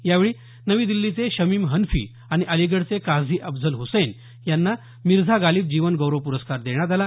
यावेळी नवी दिल्लीचे शमीम हन्फी आणि अलिगडचे काझी अफजल हुसैन यांना मिर्झा गालीब जीवन गौरव पुरस्कार देण्यात आला